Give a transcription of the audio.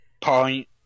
point